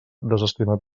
desestimat